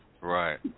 Right